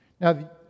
Now